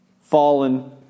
fallen